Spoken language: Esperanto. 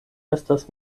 estas